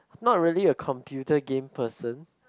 not really a computer game person